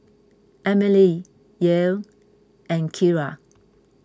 Emilie Yael and Keara